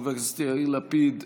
חבר הכנסת יאיר לפיד,